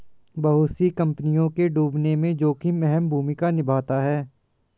बहुत सी कम्पनियों के डूबने में जोखिम अहम भूमिका निभाता है